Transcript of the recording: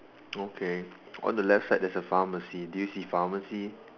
okay on the left side there's a pharmacy do you see pharmacy